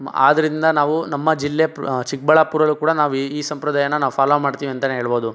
ಆದ್ದರಿಂದ ನಾವು ನಮ್ಮ ಜಿಲ್ಲೆ ಚಿಕ್ಕಬಳ್ಳಾಪುರಲ್ಲೂ ಕೂಡ ನಾವು ಈ ಈ ಸಂಪ್ರದಾಯನ ನಾವು ಫಾಲೋ ಮಾಡ್ತೀವಂತಾನೇ ಹೇಳ್ಬೋದು